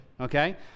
Okay